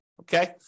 okay